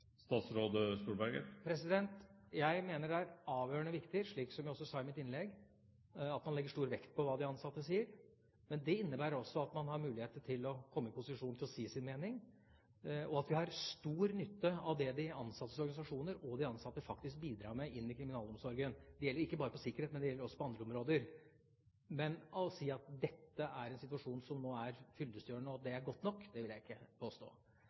Jeg mener det er avgjørende viktig, slik jeg også sa i mitt innlegg, at man legger stor vekt på hva de ansatte sier. Men det innebærer også at man har mulighet til å komme i posisjon til å si sin mening, og at vi har stor nytte av det de ansattes organisasjoner og de ansatte faktisk bidrar med inn i kriminalomsorgen – ikke bare når det gjelder sikkerhet, men også på andre områder. Men å si at dette er en situasjon som nå er fyllestgjørende og at det er godt nok, vil jeg ikke påstå.